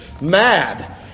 mad